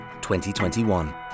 2021